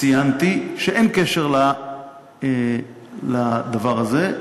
ציינתי שאין קשר לדבר הזה,